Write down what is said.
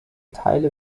teile